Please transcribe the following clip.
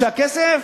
הכסף